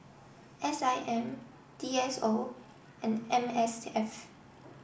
S I M D S O and M S F